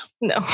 no